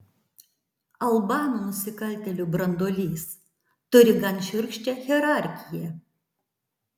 albanų nusikaltėlių branduolys turi gan šiurkščią hierarchiją